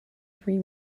three